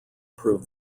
prove